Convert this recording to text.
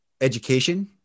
education